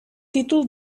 títol